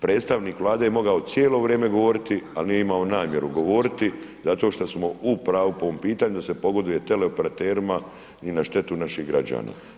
Predstavnik Vlade je mogao cijelo vrijeme govoriti, al nije imao namjeru govoriti zato šta smo u pravu po ovom pitanju da se pogoduje u tele operaterima i na štetu naših građana.